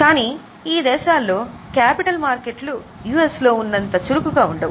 కాని ఈ దేశాల్లో క్యాపిటల్ మార్కెట్లు యుఎస్లో ఉన్నంత చురుకుగా లేవు